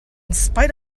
spite